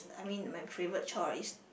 I mean my favourite chore is